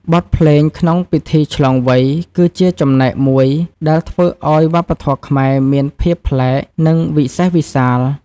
បទភ្លេងក្នុងពិធីឆ្លងវ័យ គឺជាចំណែកមួយដែលធ្វើឱ្យវប្បធម៌ខ្មែរមានភាពប្លែក និងវិសេសវិសាល។